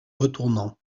retournant